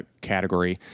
category